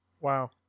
Wow